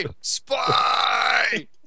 Spy